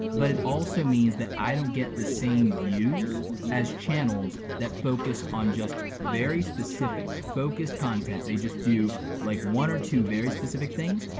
but it also means that i don't get the same views as channels that focus on just very specific, focused content. they just do like one or two very specific things,